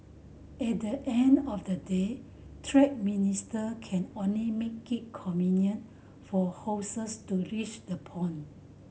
at the end of the day trade minister can only make it convenient for horses to reach the pond